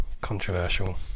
Controversial